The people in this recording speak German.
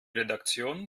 redaktion